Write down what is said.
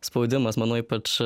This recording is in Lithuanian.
spaudimas mano ypač